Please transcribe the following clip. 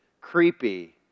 creepy